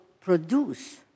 produce